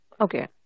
Okay